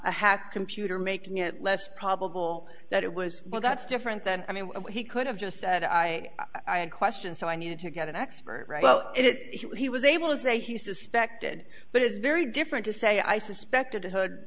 a hack computer making it less probable that it was well that's different than i mean he could have just said i i in question so i needed to get an expert right well it's he was able to say he suspected but it's very different to say i suspected